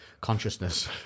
consciousness